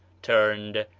turned,